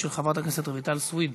של חברת הכנסת רויטל סויד,